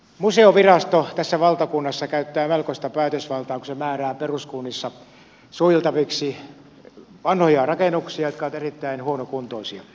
museovirasto tässä valtakunnassa käyttää melkoista päätösvaltaa kun se määrää peruskunnissa suojeltaviksi vanhoja rakennuksia jotka ovat erittäin huonokuntoisia